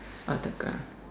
autograph